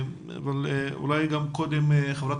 אבל אולי קודם חברת